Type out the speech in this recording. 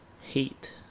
Hate